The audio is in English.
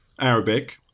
Arabic